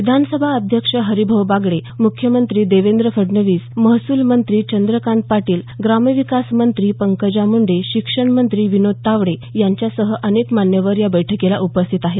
विधानसभा अध्यक्ष हरिभाऊ बागडे मुख्यमंत्री देवेंद्र फडणवीस महसूल मंत्री चंद्रकांत पाटील ग्रामविकास मंत्री पंकजा मुंडे शिक्षणमंत्री विनोद तावडे यांच्यासह अनेक मान्यवर या बैठकीला उपस्थित आहेत